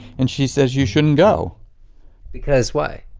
and she says, you shouldn't go because why?